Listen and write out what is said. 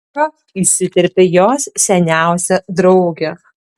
cha įsiterpė jos seniausia draugė